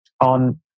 on